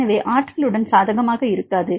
எனவே ஆற்றலுடன் சாதகமாக இருக்காது